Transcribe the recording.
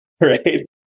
right